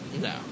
No